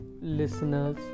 listeners